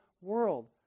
world